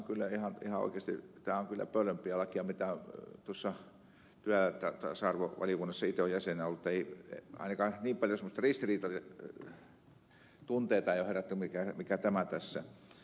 minusta ihan oikeasti tämä on kyllä pöllöimpiä lakeja sinä aikana kun tuossa työelämä ja tasa arvovaliokunnassa itse olen jäsenenä ollut että eivät ainakaan niin paljon ristiriitaisia tunteita ole muut herättäneet kuin tämä tässä